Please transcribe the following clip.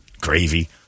Gravy